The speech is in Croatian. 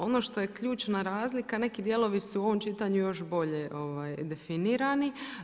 Ono što je ključna razlika, neki dijelovi su u ovom čitanju još bolje definirani.